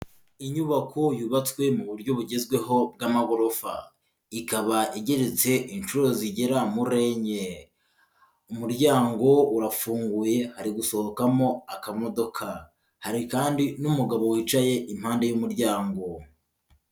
Inyubako yubatswe mu buryo bugezweho bw'amagorofa, ikaba igeretse inshuro zigera muri enye, umuryango urafunguye hari gusohokamo akamodoka, hari kandi n'umugabo wicaye impande y'umuryango.